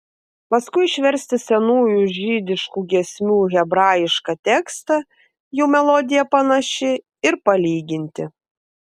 paskui išversti senųjų žydiškų giesmių hebrajišką tekstą jų melodija panaši ir palyginti